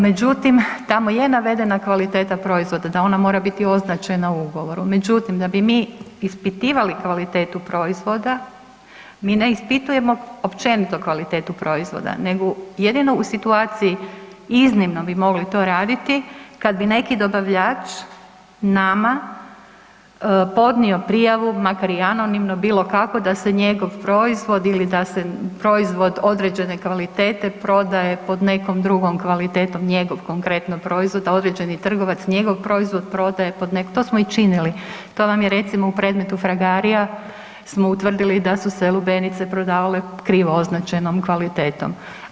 Međutim, tamo je navedena kvaliteta proizvoda, da ona mora biti označena u ugovoru, međutim, da bi mi ispitivali kvalitetu proizvoda, mi ne ispitujemo općenito kvalitetu proizvoda nego jedino u situaciji iznimnoj bi mogli to raditi kad bi neki dobavljač nama podnio prijavu, makar i anonimno, bilo kako, da se njegov proizvoda ili da se proizvod određene kvalitete prodaje pod nekom drugom kvalitetom, njegov konkretno proizvod, da određeni trgovac njegov proizvod prodaje pod nekom, to smo i činili, to vam je recimo u predmetu „Fragaria“ smo utvrdili da su se lubenice prodavale krivo označenom kvalitetom.